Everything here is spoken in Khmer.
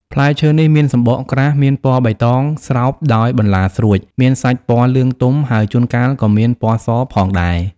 ផ្លែឈើនេះមានសំបកក្រាស់មានពណ៌បៃតងស្រោបដោយបន្លាស្រួច មានសាច់ពណ៌លឿងទុំ ហើយជួនកាលក៏មានពណ៌សផងដែរ។